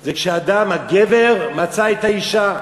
זה כשאדם, הגבר, מצא את האישה.